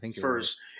first